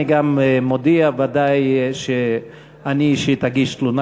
אני גם מודיע שאני ודאי אישית אגיש תלונה